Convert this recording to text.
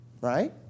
right